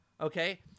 okay